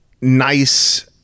Nice